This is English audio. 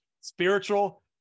spiritual